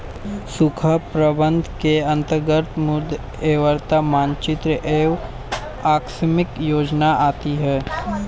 सूखा प्रबंधन के अंतर्गत मृदा उर्वरता मानचित्र एवं आकस्मिक योजनाएं आती है